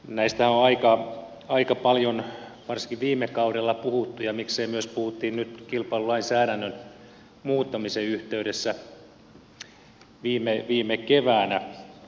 näistähän on aika paljon varsinkin viime kaudella puhuttu ja puhuttiin myös nyt kilpailulainsäädännön muuttamisen yhteydessä viime keväänä